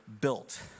built